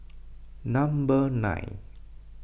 number nine